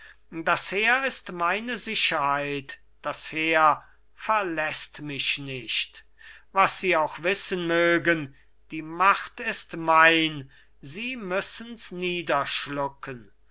das heer ist meine sicherheit das heer verläßt mich nicht was sie auch wissen mögen die macht ist mein sie müssens niederschlucken